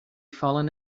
fallen